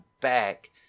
back